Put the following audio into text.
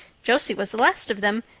josie was the last of them,